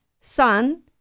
son